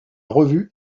revue